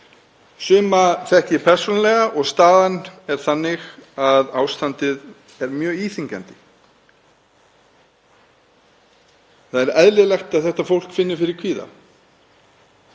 suma þekki ég persónulega og staðan er þannig að ástandið er mjög íþyngjandi. Það er eðlilegt að þetta fólk finni fyrir kvíða.